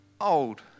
old